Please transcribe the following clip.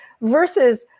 versus